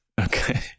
Okay